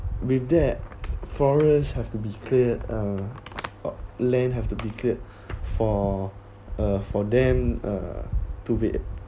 with that forest have to be cleared uh land have to be cleared for uh for them uh to be~